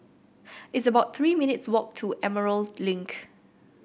it's about Three minutes' walk to Emerald Link